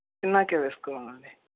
తిన్నాకే వేసుకోవాలండి